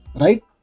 right